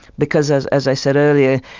because as as i said earlier,